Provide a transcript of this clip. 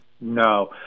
No